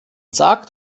sagt